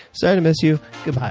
sorry to miss you. goodbye.